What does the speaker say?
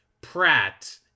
pratt